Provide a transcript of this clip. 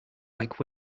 like